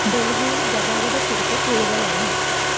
ഡൽഹിയിൽ ഗതാഗത കുരുക്ക് കൂടുതലാണ്